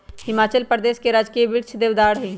हिमाचल प्रदेश के राजकीय वृक्ष देवदार हई